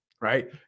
right